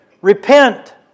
repent